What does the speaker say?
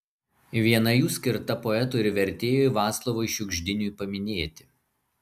viena jų skirta poetui ir vertėjui vaclovui šiugždiniui paminėti